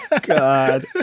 God